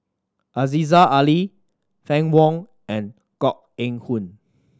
Aziza Ali Fann Wong and Koh Eng Hoon